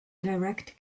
direct